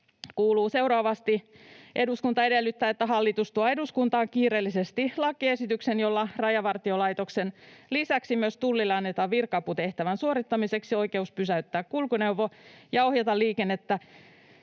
kuuluu seuraavasti: ”Eduskunta edellyttää, että hallitus tuo eduskuntaan kiireellisesti lakiesityksen, jolla Rajavartiolaitoksen lisäksi myös Tullille annetaan virka-aputehtävän suorittamiseksi oikeus pysäyttää kulkuneuvo ja ohjata liikennettä